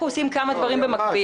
אנחנו עושים כמה דברים במקביל.